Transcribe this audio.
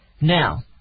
Now